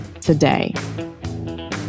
today